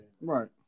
Right